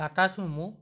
Tata sumo